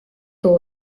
too